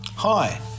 Hi